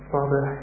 Father